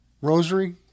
rosary